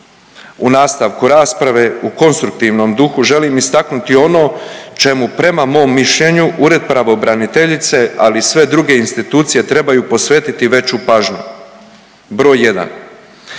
U nastavku rasprave u konstruktivnom duhu želim istaknuti ono čemu p rema mom mišljenju Ured pravobraniteljice, ali i sve druge institucije trebaju posvetiti veću pažnju. Broj